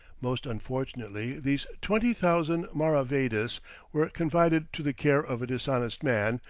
most unfortunately these twenty thousand maravedis were confided to the care of a dishonest man,